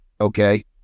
okay